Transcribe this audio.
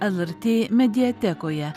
lrt mediatekoje